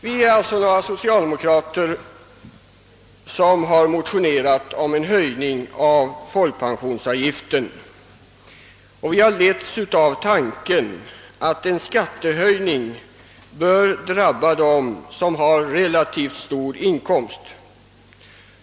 Vi är alltså några socialdemokrater som har motionerat om en höjning av folkpensionsavgiften. Därvid har vi letts av tanken att en skattehöjning bör drabba dem som har relativt stor inkomst.